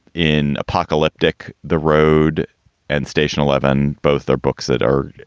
in apocalyptic the road and station eleven. both are books that are.